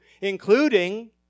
including